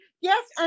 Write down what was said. yes